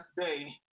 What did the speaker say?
day